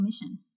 mission